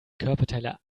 körperteile